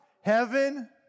heaven